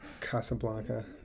Casablanca